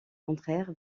contraire